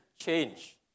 change